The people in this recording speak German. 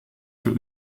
für